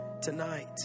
tonight